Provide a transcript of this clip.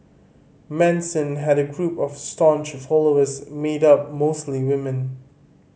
Manson had a group of staunch followers made up mostly women